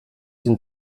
den